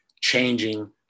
changing